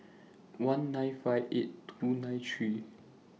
one nine five eight two nine three